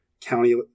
county